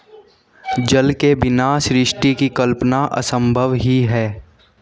जल के बिना सृष्टि की कल्पना असम्भव ही है